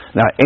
Now